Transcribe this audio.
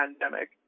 pandemic